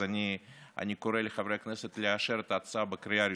אני קורא לחברי הכנסת לאשר את ההצעה בקריאה ראשונה,